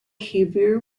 hebrew